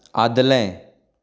आदलें